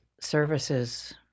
services